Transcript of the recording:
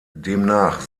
demnach